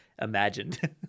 imagined